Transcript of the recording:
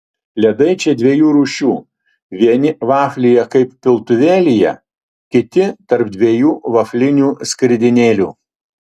ledai čia dviejų rūšių vieni vaflyje kaip piltuvėlyje kiti tarp dviejų vaflinių skridinėlių